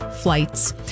flights